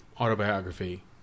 autobiography